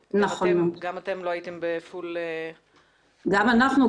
וגם אתם לא הייתם בפול --- גם אנחנו,